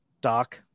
doc